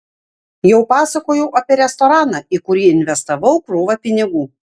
jau pasakojau apie restoraną į kurį investavau krūvą pinigų